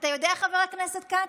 אתה יודע, חבר הכנסת כץ,